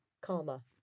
karma